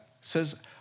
says